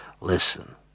Listen